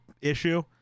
issue